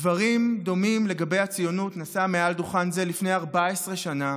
דברים דומים על הציונות נשא מעל דוכן זה לפני 14 שנה